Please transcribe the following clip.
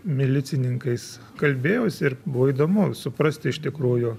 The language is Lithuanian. milicininkais kalbėjausi ir buvo įdomu suprasti iš tikrųjų